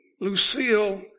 Lucille